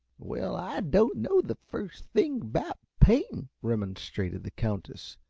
well, i don't know the first thing about paintin', remonstrated the countess,